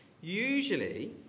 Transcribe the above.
Usually